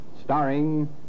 starring